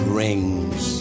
rings